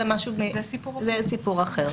זה סיפור אחר.